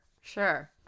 Sure